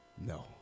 no